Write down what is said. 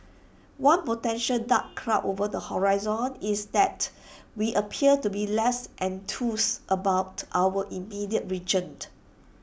one potential dark cloud over the horizon is that we appear to be less enthused about our immediate region